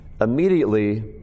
Immediately